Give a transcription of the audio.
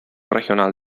regional